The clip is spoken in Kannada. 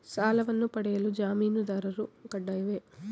ಸಾಲವನ್ನು ಪಡೆಯಲು ಜಾಮೀನುದಾರರು ಕಡ್ಡಾಯವೇ?